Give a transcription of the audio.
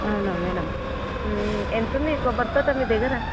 అవునా మేడం ఎంత ఉంది కొబ్బరి తోట మీ దగ్గర